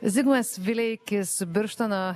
zigmas vileikis birštono